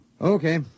Okay